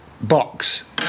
box